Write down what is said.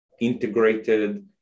integrated